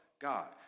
God